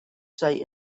say